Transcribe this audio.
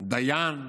דיין,